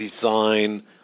design